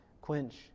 quench